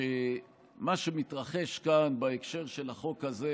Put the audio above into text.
שמה שמתרחש כאן בהקשר של החוק הזה,